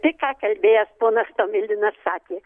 tik ką kalbėjęs ponas tomilinas sakė